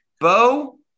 Bo